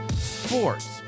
sports